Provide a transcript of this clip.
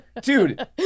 Dude